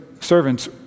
servants